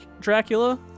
Dracula